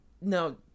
no